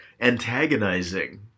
antagonizing